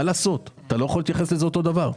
מה לעשות, אתה לא יכול להתייחס לזה באותו אופן.